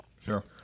Sure